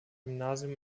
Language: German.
gymnasium